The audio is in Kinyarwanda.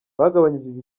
bagabanyije